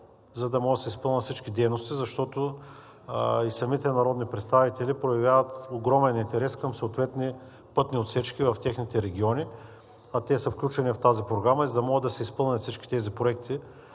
за да могат да се изпълнят всички дейности. Защото и самите народни представители проявяват огромен интерес към съответни пътни отсечки в техните региони, а те са включени в тази програма и за да могат да се изпълнят всички тези проекти,